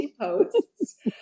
posts